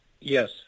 Yes